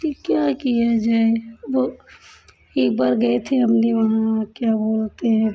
कि क्या किया जाए वो एक बार गए थे हमने वहाँ क्या बोलते हैं